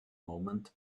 moment